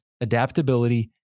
adaptability